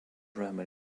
roman